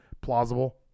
plausible